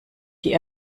die